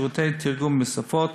שירותי תרגום לשפות,